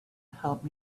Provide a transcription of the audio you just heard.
help